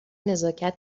نزاکت